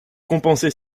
compenser